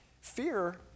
fear